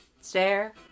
stare